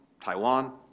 Taiwan